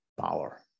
power